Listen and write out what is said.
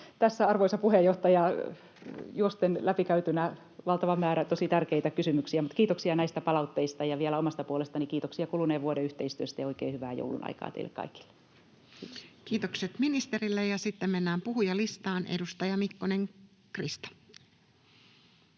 arvoisa puheenjohtaja, juosten läpi käytynä valtava määrä tosi tärkeitä kysymyksiä. Mutta kiitoksia näistä palautteista, ja vielä omasta puolestani kiitoksia kuluneen vuoden yhteistyöstä ja oikein hyvää joulunaikaa teille kaikille. — Kiitos. [Speech 453] Speaker: Toinen varapuhemies Tarja